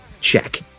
check